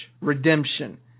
redemption